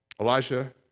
Elijah